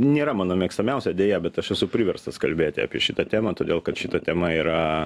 nėra mano mėgstamiausia deja bet aš esu priverstas kalbėti apie šitą temą todėl kad šita tema yra